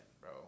bro